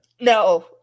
No